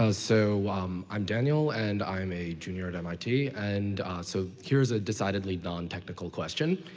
um so i'm daniel and i'm a junior at mit and so here's a decidedly non-technical question.